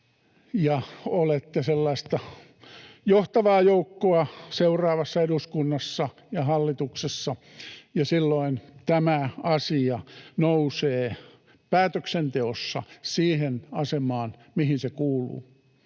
sellaista johtavaa joukkoa seuraavassa eduskunnassa ja hallituksessa, ja silloin tämä asia nousee päätöksenteossa siihen asemaan, mihin se kuuluu.